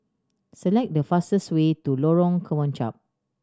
select the fastest way to Lorong Kemunchup